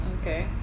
Okay